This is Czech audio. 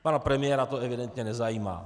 Pana premiéra to evidentně nezajímá.